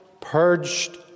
purged